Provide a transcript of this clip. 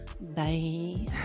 bye